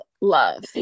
love